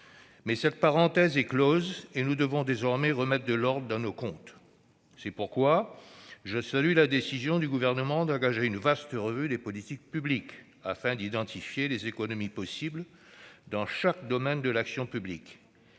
Mais cette parenthèse est close, et nous devons désormais remettre de l'ordre dans nos comptes. C'est pourquoi je salue la décision du Gouvernement d'engager une vaste revue des politiques publiques, afin d'identifier les économies possibles dans chaque domaine de l'action publique.